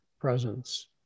presence